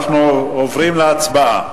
אנחנו עוברים להצבעה,